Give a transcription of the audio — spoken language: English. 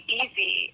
easy